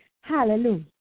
Hallelujah